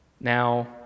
Now